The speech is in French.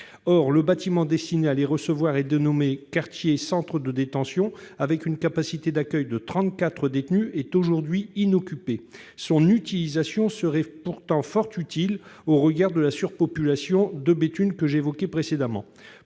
Or le bâtiment destiné à les recevoir et dénommé quartier centre de détention, avec une capacité d'accueil de 34 détenus, est aujourd'hui inoccupé. Son utilisation serait pourtant fort utile, au regard de la surpopulation carcérale à Béthune que j'évoquais précédemment.